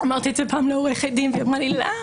אמרתי את זה פעם לעורכת דין והיא אמרה לי: לא,